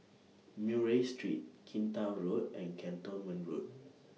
Murray Street Kinta Road and Cantonment Road